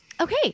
Okay